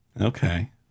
Okay